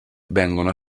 vengono